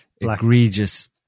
egregious